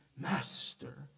Master